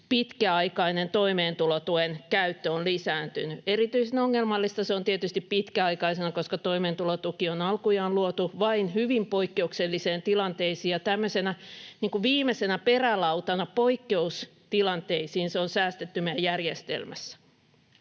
pitkäaikainen toimeentulotuen käyttö on lisääntynyt. Erityisen ongelmallista se on tietysti pitkäaikaisena, koska toimeentulotuki on alkujaan luotu vain hyvin poikkeuksellisiin tilanteisiin, ja tämmöisenä viimeisenä perälautana poikkeustilanteisiin se on säästetty meidän järjestelmässämme.